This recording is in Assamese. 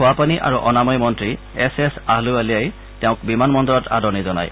খোৱা পানী আৰু অনাময় মন্তী এছ এছ আহলুৱালিয়াই তেওঁক বিমান বন্দৰত আদৰণি জনায়